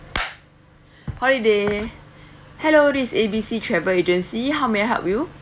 holiday hello this is A_B_C travel agency how may I help you